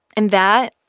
and that,